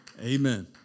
Amen